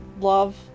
love